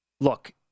look